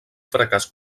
fracàs